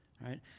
Right